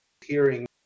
hearing